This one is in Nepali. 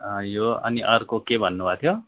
यो अनि अर्को के भन्नुभएको थियो